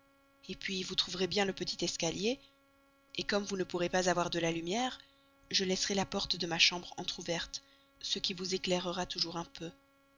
fenêtre puis vous trouverez bien le petit escalier comme vous ne pourrez pas avoir de lumière je laisserai la porte de ma chambre entrouverte ce qui vous éclairera toujours un peu